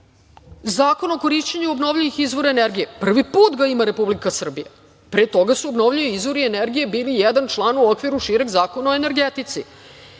o korišćenju obnovljivih izvora energije prvi put ima Republika Srbija. Pre toga su obnovljivi izvori energije bili jedan član u okviru šireg Zakona o energetici. Zakon